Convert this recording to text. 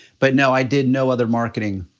but no, i did no other marketing.